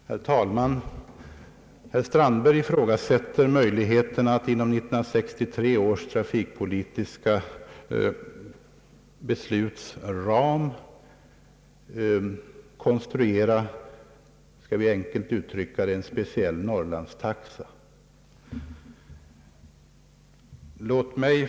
Herr talman! Herr Strandberg ifrågasätter möjligheten att inom ramen för 1963 års trafikpolitiska beslut konstruera — för att använda ett enkelt uttryck — en speciell Norrlandstaxa.